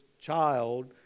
child